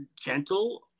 gentle